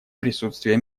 присутствия